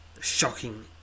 shocking